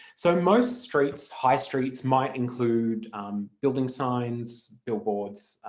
so most streets, high streets might include building signs, billboards,